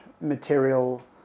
material